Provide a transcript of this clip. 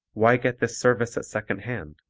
why get this service at second hand?